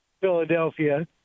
Philadelphia